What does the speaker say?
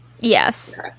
yes